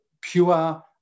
pure